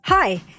Hi